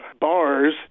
bars